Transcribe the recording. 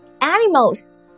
Animals